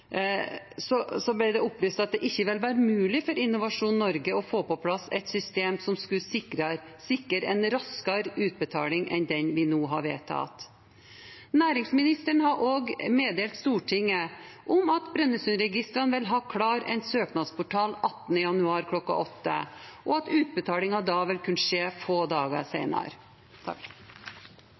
ble det opplyst at det ikke ville være mulig for Innovasjon Norge og få på plass et system som skal sikre en raskere utbetaling, enn den vi nå har vedtatt. Næringsministeren har også meddelt Stortinget at Brønnøysundregistrene vil ha klar en søknadsportal den 18. januar kl. 08.00, og at utbetalinger da vil kunne skje få dager